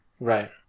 Right